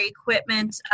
equipment